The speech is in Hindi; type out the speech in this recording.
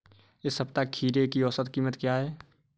इस सप्ताह खीरे की औसत कीमत क्या है?